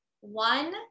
one